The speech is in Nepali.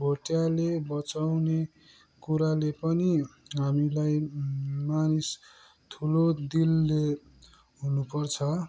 भोटेले बचाउने कुराले पनि हामीलाई मानिस ठुलो दिलले हुनुपर्छ